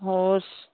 ਹੋਰ